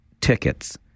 tickets